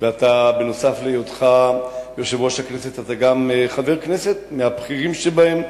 ובנוסף להיותך יושב-ראש הכנסת אתה גם חבר כנסת מהבכירים שבהם,